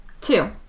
Two